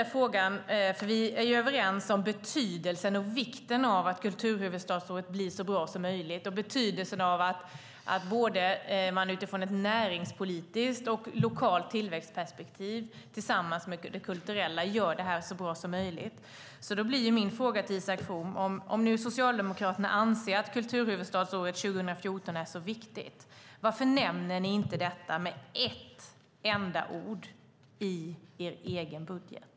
Vi är överens om betydelsen och vikten av att kulturhuvudstadsåret blir så bra som möjligt och att man både utifrån ett näringspolitiskt och ett lokalt tillväxtperspektiv tillsammans med det kulturella gör det här så bra som möjligt. Då blir min fråga till Isak From: Om nu Socialdemokraterna anser att kulturhuvudstadsåret 2014 är så viktigt, varför nämner ni inte detta med ett enda ord i er egen budget?